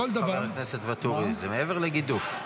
כל דבר --- זה מעבר לגידוף,